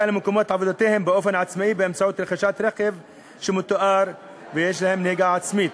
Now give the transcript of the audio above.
למקומות עבודתם באופן עצמאי באמצעות רכישת רכב שמותאם ויש לו נהיגה עצמית.